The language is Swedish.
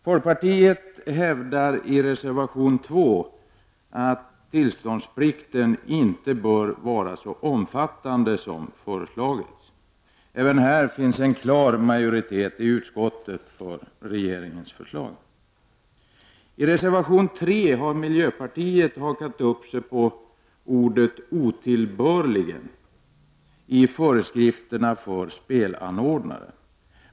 Folkpartiet hävdar i reservation 2 att tillståndsplikten inte bör vara så omfattande som föreslagits. Även här finns en klar majoritet i utskottet för regeringens förslag. I reservation 3 har miljöpartiet hakat upp sig på ordet otillbörligen i föreskrifterna för spelanordnare.